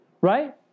right